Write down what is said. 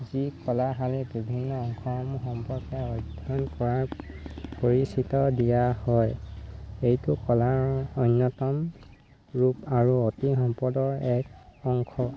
যি কলাশালী বিভিন্ন অংশসমূহ সম্পৰ্কে অধ্যয়ন কৰাৰ পৰিচিত দিয়া হয় এইটো কলাৰ অন্যতম ৰূপ আৰু অতি সম্পদৰ এক অংশ